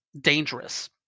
dangerous